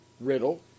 Riddle